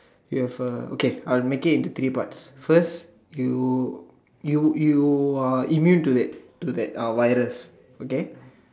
you have a okay I will make it into three parts first you you you are immune to it to that virus okay